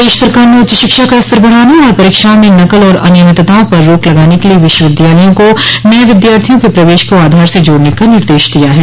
प्रदेश सरकार ने उच्च शिक्षा का स्तर बढ़ाने तथा परीक्षाओं में नकल और अनियमितताओं पर रोक लगाने के लिए विश्वविद्यालयों को नये विद्यार्थियों के प्रवेश को आधार से जोड़ने का निर्देश दिया है